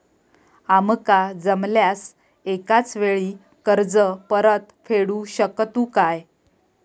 आमका जमल्यास एकाच वेळी कर्ज परत फेडू शकतू काय?